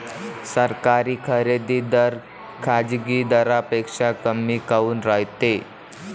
सरकारी खरेदी दर खाजगी दरापेक्षा कमी काऊन रायते?